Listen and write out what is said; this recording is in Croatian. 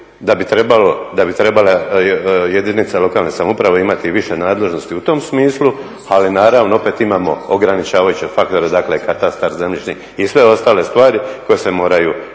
da bi trebale jedinice lokalne samouprave imati više nadležnosti u tom smislu, ali naravno opet imamo ograničavajuće faktore dakle katastar, zemljišni i sve ostale stvari koje se moraju